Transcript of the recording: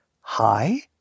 Hi